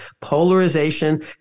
polarization